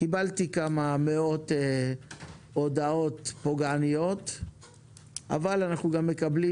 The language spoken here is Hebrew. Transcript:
קיבלתי כמה מאות הודעות פוגעניות אבל אנחנו גם מקבלים